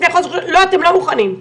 לא, אתם לא מוכנים.